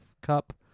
cup